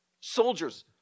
soldiers